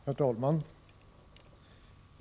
Herr talman!